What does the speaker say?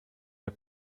der